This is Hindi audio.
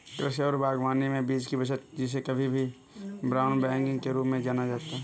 कृषि और बागवानी में बीज की बचत जिसे कभी कभी ब्राउन बैगिंग के रूप में जाना जाता है